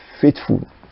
faithful